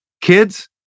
kids